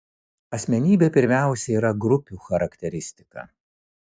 asmenybė pirmiausia yra grupių charakteristika